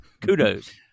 kudos